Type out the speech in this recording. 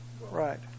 right